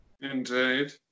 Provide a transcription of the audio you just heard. Indeed